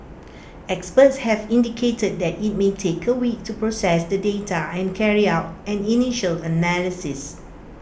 experts have indicated that IT may take A week to process the data and carry out an initial analysis